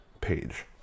page